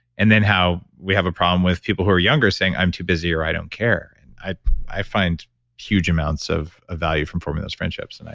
and then how we have a problem with people who are younger saying, i'm too busy or i don't care. and i i find huge amounts of ah value from forming those friendships. and